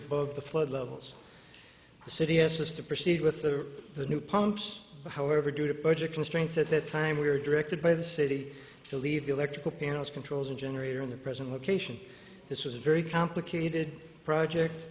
above the flood levels the city has to proceed with the the new pumps however due to budget constraints at that time we were directed by the city to leave the electrical panels controls and generator in the present location this was a very complicated project